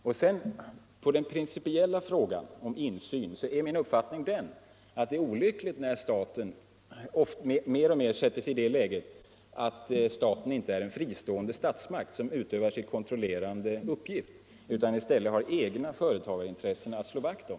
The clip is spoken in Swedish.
Min principiella uppfattning om insyn är att det är olyckligt när staten sätter sig i det läget att staten inte som fristående statsmakt utövar sin kontrollerande uppgift utan i stället har egna företagarintressen att slå vakt om.